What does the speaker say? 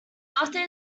after